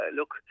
look